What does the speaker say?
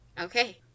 Okay